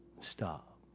Stop